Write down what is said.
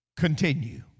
continue